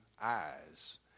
Eyes